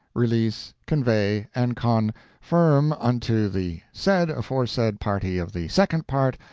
release, convey, and con firm unto the said aforesaid party of the second part,